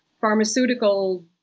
pharmaceutical